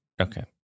Okay